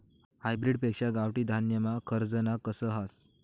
hybrid पेक्शा गावठी धान्यमा खरजना कस हास